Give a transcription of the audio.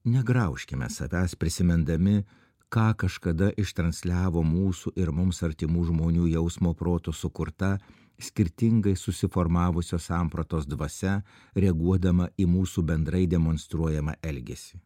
negraužkime savęs prisimindami ką kažkada ištransliavo mūsų ir mums artimų žmonių jausmo proto sukurta skirtingai susiformavusios sampratos dvasia reaguodama į mūsų bendrai demonstruojamą elgesį